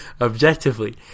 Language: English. objectively